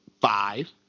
five